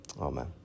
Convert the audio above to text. Amen